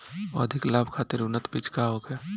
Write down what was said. अधिक लाभ खातिर उन्नत बीज का होखे?